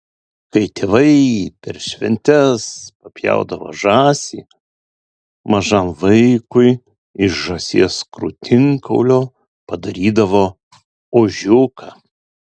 kai tėvai per šventes papjaudavo žąsį mažam vaikui iš žąsies krūtinkaulio padarydavo ožiuką